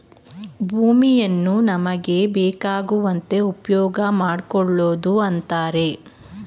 ಭೂಮಿಯನ್ನು ನಮಗೆ ಬೇಕಾಗುವಂತೆ ಉಪ್ಯೋಗಮಾಡ್ಕೊಳೋದು ಅಂತರೆ